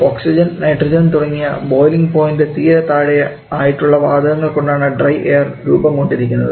oxygen nitrogen തുടങ്ങിയ boiling point തീരെ താഴെ ആയിട്ടുള്ള വാതകങ്ങൾ കൊണ്ടാണ് ഡ്രൈ എയർ രൂപം കൊണ്ടിരിക്കുന്നത്